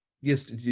yes